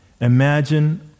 imagine